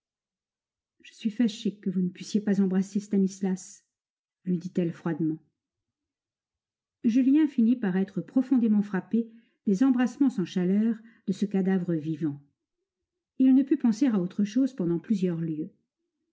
je suis fâchée que vous ne puissiez pas embrasser stanislas lui dit-elle froidement julien finit par être profondément frappé des embrassements sans chaleur de ce cadavre vivant il ne put penser à autre chose pendant plusieurs lieues